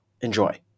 Enjoy